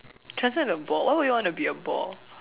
transform into a ball why would you want to be a ball